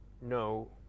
no